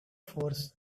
force